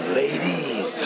ladies